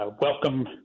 welcome